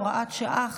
הוראת שעה,